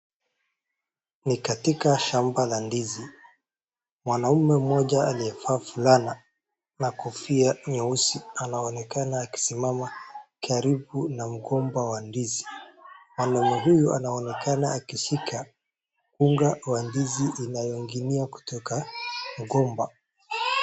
Ni katika shamba la ndizi. Mwanaume mmoja aliyevaa fulana na kofia nyeusi anaonekana akisimama karibu na mgomba wa ndizi. Mwanaume huyu anaonekana akishika unga wa ndizi inayoinginia kutoka mgomba.